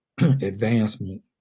advancement